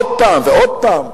עוד פעם ועוד פעם.